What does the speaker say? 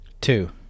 Two